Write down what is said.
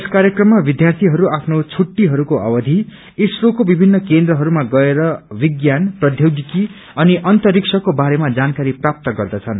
यस कार्यक्रममा विद्यार्थीहरू आफ्नो फुट्टीहरूको अवधि इसरोको विभिन्न केन्द्रहरूमा गएर विज्ञान प्रौबोगिकी अनि अन्तरिक्षको बारेमा जानकारी प्राप्त गर्दछन्